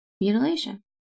mutilation